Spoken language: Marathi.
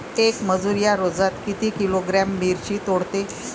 येक मजूर या रोजात किती किलोग्रॅम मिरची तोडते?